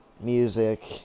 music